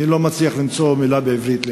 אני לא מצליח למצוא מילה בעברית לאינטגריטי.